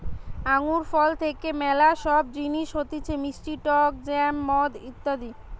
আঙ্গুর ফল থেকে ম্যালা সব জিনিস হতিছে মিষ্টি টক জ্যাম, মদ ইত্যাদি